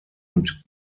und